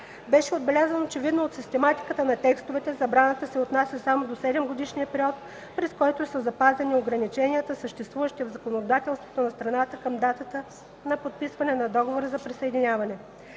Беше отбелязано, че видно от систематиката на текстовете забраната се отнася само до 7-годишния период, през който са запазени ограниченията, съществуващи в законодателството на страната към датата на подписване на Договора за присъединяване.